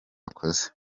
akoze